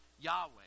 Yahweh